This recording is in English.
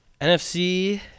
NFC